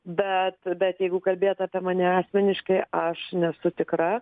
bet bet jeigu kalbėt apie mane asmeniškai aš nesu tikra